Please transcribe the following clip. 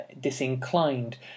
disinclined